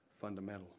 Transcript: fundamental